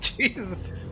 Jesus